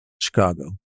Chicago